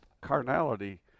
carnality